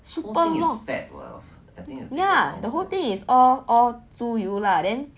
super not ya the whole thing is all all 猪油 lah